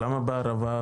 למה בערבה,